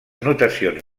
notacions